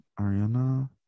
Ariana